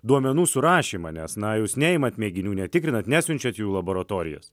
duomenų surašymą nes na jūs neimat mėginių netikrinat nesiunčiat jų į laboratorijas